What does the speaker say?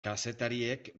kazetariek